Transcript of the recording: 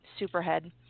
Superhead